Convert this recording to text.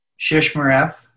Shishmaref